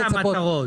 מטרות.